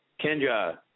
Kendra